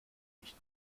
nicht